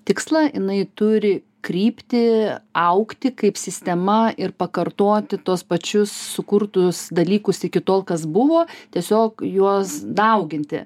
tikslą jinai turi kryptį augti kaip sistema ir pakartoti tuos pačius sukurtus dalykus iki tol kas buvo tiesiog juos dauginti